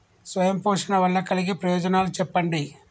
స్వయం పోషణ వల్ల కలిగే ప్రయోజనాలు చెప్పండి?